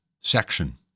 section